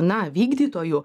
na vykdytoju